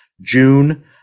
June